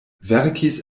verkis